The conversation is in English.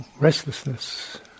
restlessness